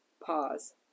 pause